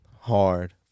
Hard